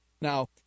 Now